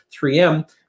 3M